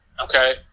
Okay